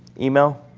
email?